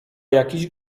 jakiś